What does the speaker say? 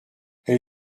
elle